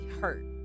hurt